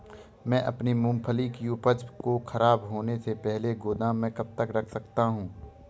मैं अपनी मूँगफली की उपज को ख़राब होने से पहले गोदाम में कब तक रख सकता हूँ?